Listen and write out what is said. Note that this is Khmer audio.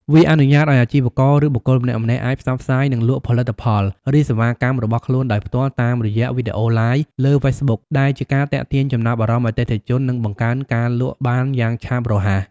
វាអនុញ្ញាតឲ្យអាជីវករ ឬបុគ្គលម្នាក់ៗអាចផ្សព្វផ្សាយ និងលក់ផលិតផល ឬសេវាកម្មរបស់ខ្លួនដោយផ្ទាល់តាមរយៈវីដេអូ Live លើ Facebook ដែលជាការទាក់ទាញចំណាប់អារម្មណ៍អតិថិជន និងបង្កើនការលក់បានយ៉ាងឆាប់រហ័ស។